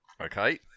Okay